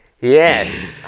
Yes